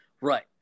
Right